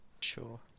Sure